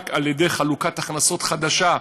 רק על-ידי חלוקת הכנסות חדשה,